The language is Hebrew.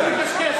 אתה מקשקש,